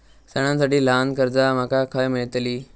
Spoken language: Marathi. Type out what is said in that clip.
सणांसाठी ल्हान कर्जा माका खय मेळतली?